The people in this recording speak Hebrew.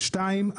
ושתיים,